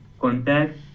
contact